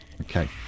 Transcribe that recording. Okay